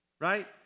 right